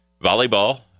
volleyball